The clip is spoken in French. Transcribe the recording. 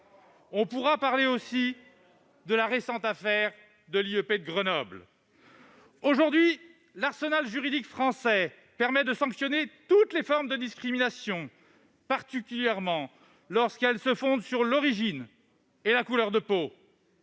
On pourrait parler aussi de la récente affaire de l'Institut d'études politiques de Grenoble. Aujourd'hui, l'arsenal juridique français permet de sanctionner toutes les formes de discriminations, particulièrement lorsqu'elles se fondent sur l'origine et la couleur de la peau.